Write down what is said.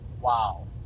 wow